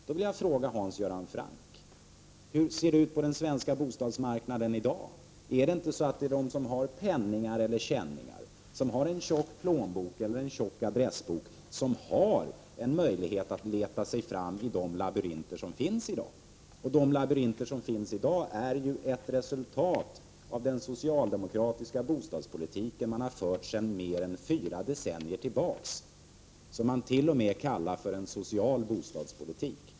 Jag vill då fråga Hans Göran Franck hur det ser ut på den svenska bostadsmarknaden i dag. Är det inte så att det är de som har penningar eller känningar, som har en tjock plånbok eller tjock adressbok som har en möjlighet att leta sig fram i den labyrint som finns i dag? Denna labyrint är ett resultat av den socialdemokratiska bostadspolitik som har förts sedan mer än fyra decennier. Man kallar den t.o.m. för en social bostadspolitik.